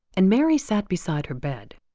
and mary sat beside her bed.